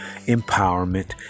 empowerment